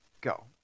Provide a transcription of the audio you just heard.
go